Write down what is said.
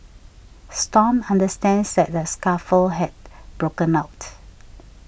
stomp understands that a scuffle had broken out